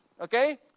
okay